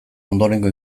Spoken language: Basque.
ondorengo